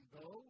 go